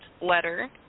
letter